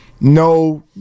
no